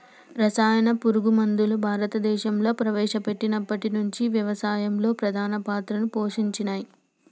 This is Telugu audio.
రసాయన పురుగు మందులు భారతదేశంలా ప్రవేశపెట్టినప్పటి నుంచి వ్యవసాయంలో ప్రధాన పాత్ర పోషించినయ్